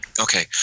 Okay